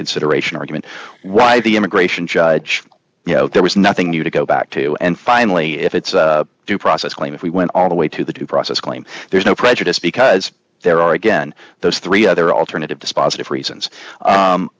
reconsideration argument why the immigration judge you know there was nothing new to go back to and finally if it's due process claim if we went all the way to the due process claim there's no prejudice because there are again those three other alternative dispositive reasons